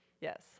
Yes